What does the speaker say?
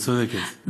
את צודקת.